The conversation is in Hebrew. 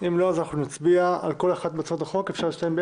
אם לא, אנחנו נצביע על שתי הצעות החוק ביחד.